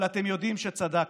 אבל אתם יודעים שצדקתי.